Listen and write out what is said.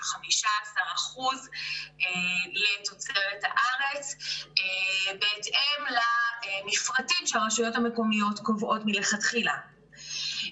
15% לתוצרת הארץ בהתאם למפרטים שהרשויות המקומיות קובעות מלכתחילה.